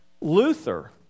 Luther